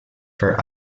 for